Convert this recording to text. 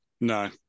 no